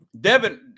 Devin –